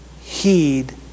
heed